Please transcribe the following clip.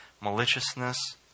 maliciousness